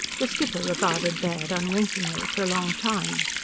the skipper regarded baird unwinkingly for a long time.